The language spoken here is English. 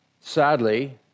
Sadly